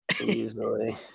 easily